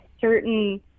certain